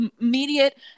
immediate